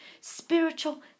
spiritual